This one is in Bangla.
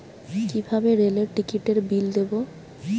কিভাবে রেলের টিকিটের বিল দেবো?